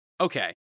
okay